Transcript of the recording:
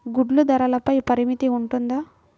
గుడ్లు ధరల పై పరిమితి ఉంటుందా?